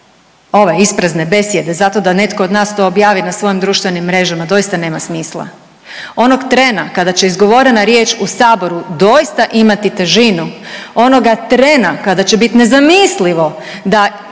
ove isprazne besjede zato da netko od nas to objavi na svojim društvenim mrežama doista nema smisla. Onog trena kada će izgovorena riječ u Saboru doista imati težinu onoga trena kada će biti nezamislivo da